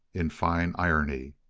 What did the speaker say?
in fine irony.